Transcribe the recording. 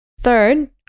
Third